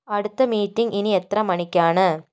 അടുത്ത മീറ്റിംഗ് ഇനി എത്ര മണിക്കാണ്